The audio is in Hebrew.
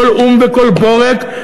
כל אום וכל בורג,